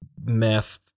math